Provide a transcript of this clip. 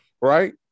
Right